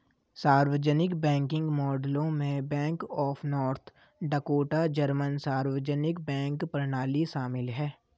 सार्वजनिक बैंकिंग मॉडलों में bank of North Dakota German सार्वजनिक बैंक प्रणाली शामिल है